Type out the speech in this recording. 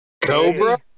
Cobra